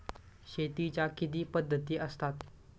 शेतीच्या किती पद्धती असतात?